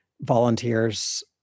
volunteers